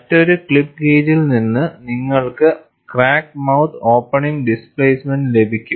മറ്റൊരു ക്ലിപ്പ് ഗേജിൽ നിന്ന് നിങ്ങൾക്ക് ക്രാക്ക് മൌത്ത് ഓപ്പണിംഗ് ഡിസ്പ്ലേസ്മെന്റ് ലഭിക്കും